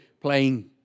playing